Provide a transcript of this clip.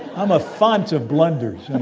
i'm a font of blunders and